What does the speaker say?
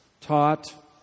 taught